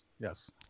Yes